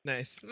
Nice